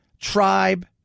Tribe